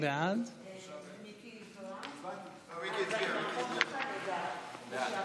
(נגיף הקורונה החדש, הגבלת מספר